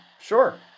sure